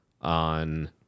on